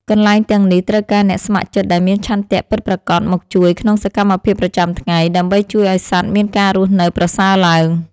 កន្លែងទាំងនេះត្រូវការអ្នកស្ម័គ្រចិត្តដែលមានឆន្ទៈពិតប្រាកដមកជួយក្នុងសកម្មភាពប្រចាំថ្ងៃ ដើម្បីជួយឱ្យសត្វមានការរស់នៅប្រសើរឡើង។